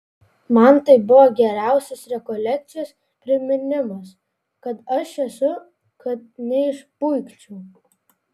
man tai buvo geriausios rekolekcijos priminimas kas aš esu kad neišpuikčiau